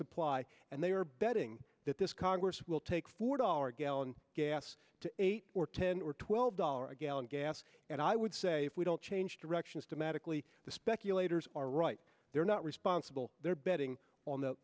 supply and they are betting that this congress will take four dollars a gallon gas to eight or ten or twelve dollars a gallon gas and i would say if we don't change directions to magically the speculators are right they're not responsible they're betting on the